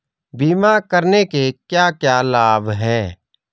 बीमा करने के क्या क्या लाभ हैं?